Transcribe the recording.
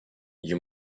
you